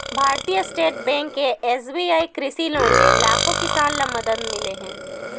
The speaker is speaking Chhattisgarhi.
भारतीय स्टेट बेंक के एस.बी.आई कृषि लोन ले लाखो किसान ल मदद मिले हे